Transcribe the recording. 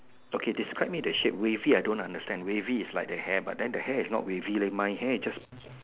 okay describe me the shape wavy I don't understand wavy is like the hair but then the hair is not wavy my hair is just